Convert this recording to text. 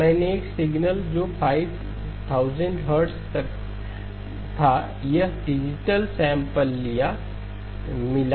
मैंने एक सिग्नल दिया जो 5000 हर्ट्ज तक था यह डिजीटल सैंपल मिला